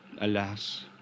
Alas